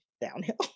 downhill